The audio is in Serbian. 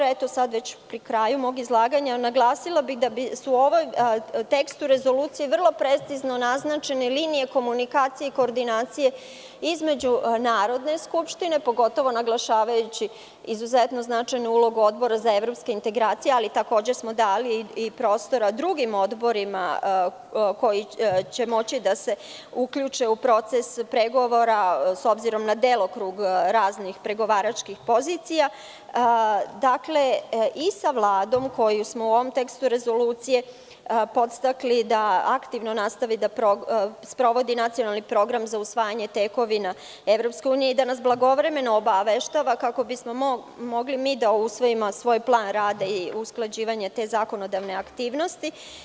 Na kraju mog izlaganja bih naglasila da su u ovom tekstu rezolucije vrlo precizno naznačene linije komunikacije i koordinacije između Narodne skupštine, pogotovo naglašavajući izuzetno značajnu ulogu Odbora za evropske integracije, ali takođe smo dali prostora drugim odborima koji će moći da se uključe u proces pregovora, s obzirom na delokrug raznih pregovaračkih pozicija, i Vlade, koju smo u ovom tekstu rezolucije podstakli da aktivno nastavi da sprovodi nacionalni program za usvajanje tekovina EU i da nas blagovremeno obaveštava, kako bismo mogli da usvojimo svoj plan rada, kao i za usklađivanje te zakonodavne aktivnosti.